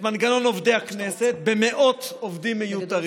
מנגנון עובדי הכנסת במאות עובדים מיותרים.